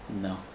No